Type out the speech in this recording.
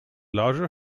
larger